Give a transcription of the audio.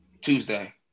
Tuesday